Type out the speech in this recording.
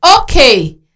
Okay